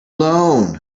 alone